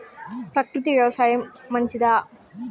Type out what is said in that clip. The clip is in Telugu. ప్రకృతి వ్యవసాయం మంచిదా?